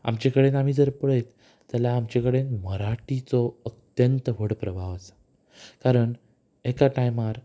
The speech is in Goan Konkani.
आमचे कडेन आमी जर पळयत जाल्यार आमचे कडेन मराठीचो अत्यंत व्हड प्रभाव आसा कारण एका टायमार